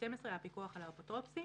לגבי הפיקוח על האפוטרופוסים.